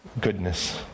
goodness